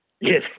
Yes